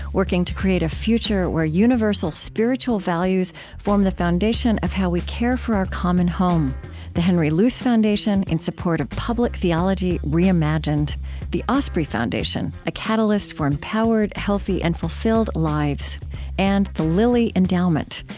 working to create a future where universal spiritual values form the foundation of how we care for our common home the henry luce foundation, in support of public theology reimagined the osprey foundation, a catalyst for empowered, healthy, and fulfilled lives and the lilly endowment,